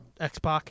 Xbox